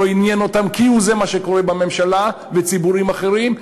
לא עניין אותם כהוא-זה מה שקורה בממשלה ובציבורים אחרים.